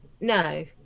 no